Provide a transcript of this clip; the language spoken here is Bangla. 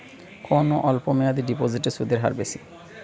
কোন অল্প মেয়াদি ডিপোজিটের সুদের হার বেশি?